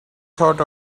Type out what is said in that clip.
thought